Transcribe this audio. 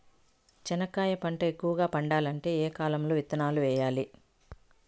చెనక్కాయ పంట ఎక్కువగా పండాలంటే ఏ కాలము లో విత్తనాలు వేయాలి?